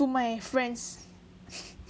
to my friends